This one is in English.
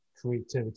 creativity